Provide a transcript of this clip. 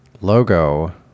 logo